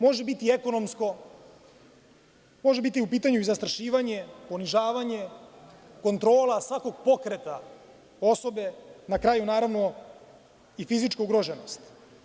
Može biti ekonomsko, može biti u pitanju i zastrašivanje, ponižavanje, kontrola svakog pokreta osobe, na kraju naravno i fizička ugroženost.